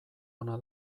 ona